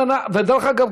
ודרך אגב,